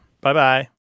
Bye-bye